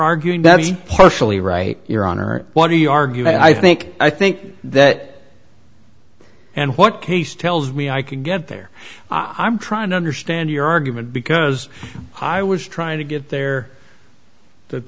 arguing that's partially right your honor what do you argue i think i think that and what case tells me i can get there i'm trying to understand your argument because i was trying to get there that